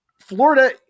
Florida